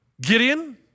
Gideon